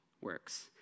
works